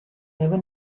never